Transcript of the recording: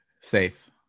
safe